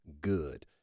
good